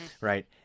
right